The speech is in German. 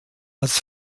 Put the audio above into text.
als